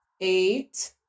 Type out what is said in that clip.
eight